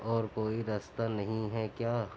اور کوئی رستہ نہیں ہے کیا